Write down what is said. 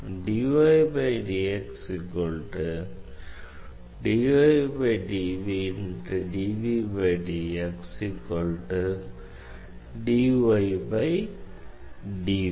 vlcsnap 2019 04 15 10h48m15s762